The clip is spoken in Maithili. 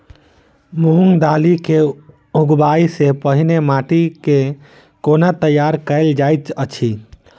मूंग दालि केँ उगबाई सँ पहिने माटि केँ कोना तैयार कैल जाइत अछि?